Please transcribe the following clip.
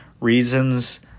reasons